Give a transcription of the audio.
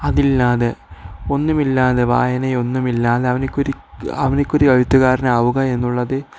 അതില്ലാതെ ഒന്നുമില്ലാതെ വായന ഒന്നുമില്ലാതെ അവനൊരു അവനൊരു എഴുത്തുകാരൻ ആവുക എന്നുള്ളത്